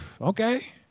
Okay